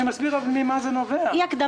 אני מסביר ממה זה נובע.